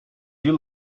you